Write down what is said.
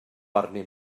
arnyn